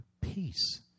peace